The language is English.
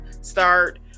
start